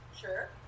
Sure